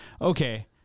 okay